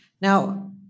Now